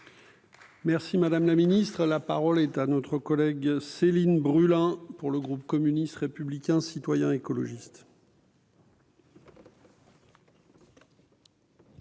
Merci madame la Ministre, la parole est à notre collègue Céline Brulin pour le groupe communiste, républicain, citoyen et écologiste.